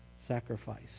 sacrifice